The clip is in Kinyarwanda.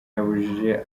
yabujije